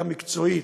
גם מקצועית,